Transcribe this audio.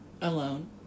Alone